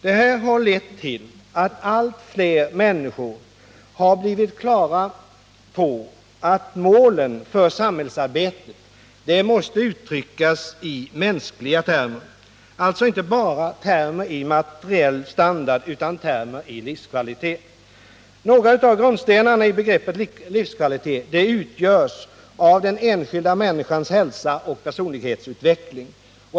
Detta har lett till att allt fler människor blivit klara över att målen för samhällsarbetet också måste uttryckas i mänskliga termer, alltså inte bara termer av materiell standard utan även termer av livskvalitet. Några av grundstenarna i begreppet livskvalitet utgörs av den enskilda människans hälsa och personlighetsutveckling.